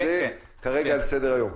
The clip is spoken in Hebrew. כרגע, זה על סדר-היום.